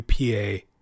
UPA